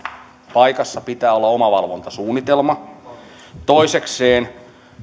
paikassa pitää olla omavalvontasuunnitelma toisekseen